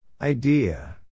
Idea